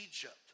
Egypt